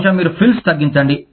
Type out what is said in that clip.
బహుశా మీరు ఫ్రీల్స్ తగ్గించండి